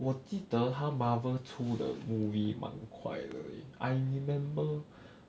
我记得他 Marvel 出的 movie 蛮快的 leh I remember